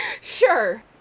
Sure